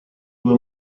due